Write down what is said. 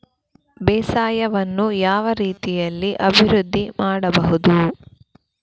ಬೇಸಾಯವನ್ನು ಯಾವ ರೀತಿಯಲ್ಲಿ ಅಭಿವೃದ್ಧಿ ಮಾಡಬಹುದು?